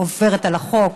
עוברת על החוק.